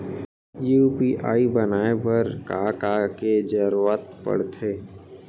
UPI बनाए बर का का चीज के जरवत पड़थे?